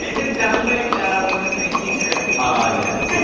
it sounds like a fourth-grade teacher ah, yes